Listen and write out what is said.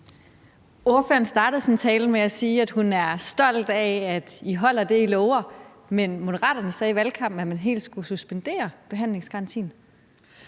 Ordføreren starter sin tale med at sige, at hun er stolt af, at man holder det, man lover, men Moderaterne sagde i valgkampen, at behandlingsgarantien